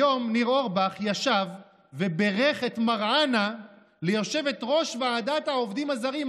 היום ניר אורבך ישב ובירך את מראענה כיושבת-ראש ועדת העובדים הזרים.